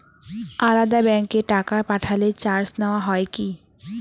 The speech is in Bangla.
আলাদা ব্যাংকে টাকা পাঠালে চার্জ নেওয়া হয় কি?